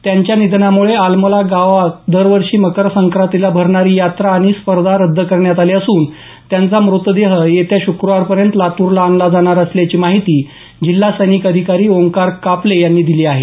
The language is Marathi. त्यांच्या निधनामुळे आलमला गावात दरवर्षी मकर संक्रांतीला भरणारी यात्रा आणि स्पर्धा रद्द करण्यात आली असून त्यांचा मृतदेह येत्या शुक्रवार पर्यंत लातरूला आणला जाणार असल्याची माहिती जिल्हा सैनिक अधिकारी ओंकार कापले यांनी दिली आहे